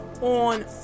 on